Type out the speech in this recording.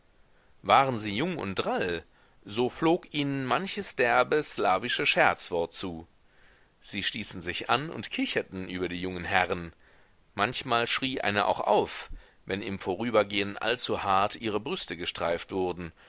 waren sie jung und drall so flog ihnen manches derbe slawische scherzwort zu sie stießen sich an und kicherten über die jungen herren manchmal schrie eine auch auf wenn im vorübergehen allzu hart ihre brüste gestreift wurden